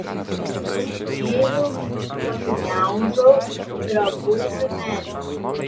apsičiupinėju pagniaužau drabužių medžiagą